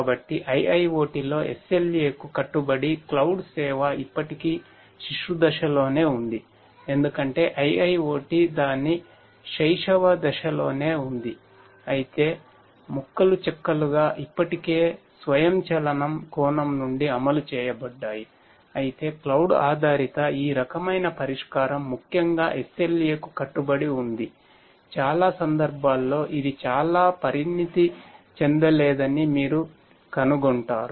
కాబట్టి IIoT లో SLA కు కట్టుబడి క్లౌడ్ ఆధారిత ఈ రకమైన పరిష్కారం ముఖ్యంగా SLA కు కట్టుబడి ఉంది చాలా సందర్భాల్లో ఇది చాలా పరిణతి చెందలేదని మీరు కనుగొంటారు